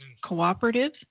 cooperative